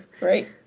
Right